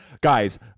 Guys